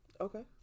Okay